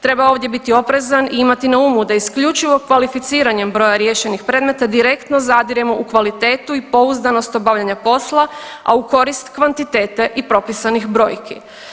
Treba ovdje biti oprezan i imati na umu, da isključivo kvalificiranjem broja riješenih predmeta direktno zadiremo u kvalitetu i pouzdanost obavljanja posla a u korist kvantitete i propisanih brojki.